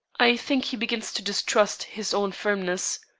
i think he begins to distrust his own firmness.